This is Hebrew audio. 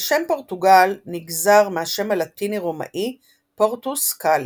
השם פורטוגל נגזר מהשם הלטיני-רומאי "פורטוס-קאלה".